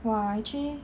!wah! actually